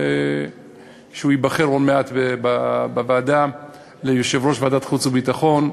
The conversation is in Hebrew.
שייבחר עוד מעט בוועדה ליושב-ראש ועדת חוץ וביטחון.